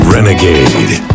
Renegade